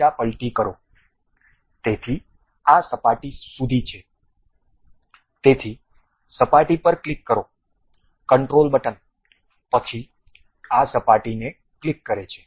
દિશા પલટી કરો તેથી આ સપાટી સુધી છે તેથી સપાટી પર ક્લિક કરો કંટ્રોલ બટન પછી આ સપાટીને ક્લિક કરે છે